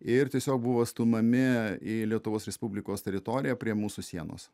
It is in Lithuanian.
ir tiesiog buvo stumiami į lietuvos respublikos teritoriją prie mūsų sienos